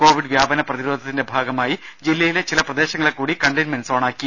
Covid വ്യാപന പ്രതിരോധത്തിന്റെ ഭാഗമായി ജില്ലയിലെ ചില പ്രദേശങ്ങളെക്കൂടി കണ്ടെയിൻമെന്റ് സോണാക്കി